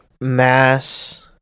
mass